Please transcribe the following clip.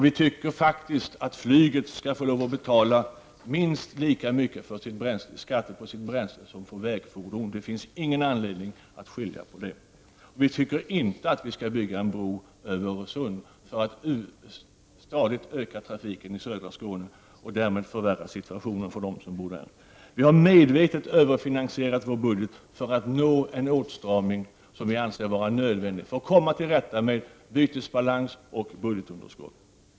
Vi tycker faktiskt att flyget skall betala minst lika stor skatt på sitt bränsle som vägfordon får göra. Det finns ingen anledning att skilja på detta. Vi vill inte bygga en bro över Öre situationen för dem som bor där. Vi har medvetet överfinansierat vår budget för att nå en åtstramning, som vi anser vara nödvändig för att komma till rätta med bytesbalansoch budgetunderskott.